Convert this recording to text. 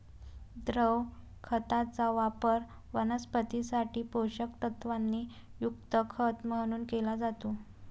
द्रव खताचा वापर वनस्पतीं साठी पोषक तत्वांनी युक्त खत म्हणून केला जातो